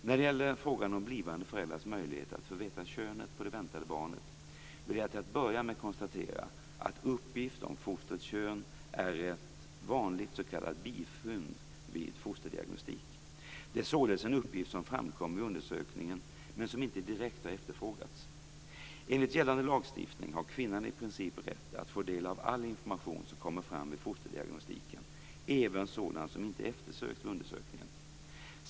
När det gäller frågan om blivande föräldrars möjlighet att få veta könet på det väntade barnet vill jag till att börja med konstatera att uppgift om fostrets kön är ett vanligt s.k. bifynd vid fosterdiagnostik. Det är således en uppgift som framkommer vid undersökningen men som inte direkt har efterfrågats. Enligt gällande lagstiftning har kvinnan i princip rätt att få del av all information som kommer fram vid fosterdiagnostiken, även sådan som inte eftersökts vid undersökningen.